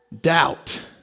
Doubt